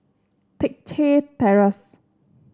Teck Chye Terrace